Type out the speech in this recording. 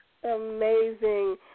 Amazing